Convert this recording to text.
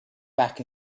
back